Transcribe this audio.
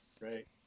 right